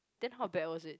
then how bad was it